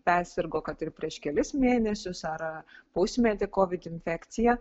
persirgo kad ir prieš kelis mėnesius ar pusmetį kovid infekcija